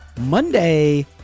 Monday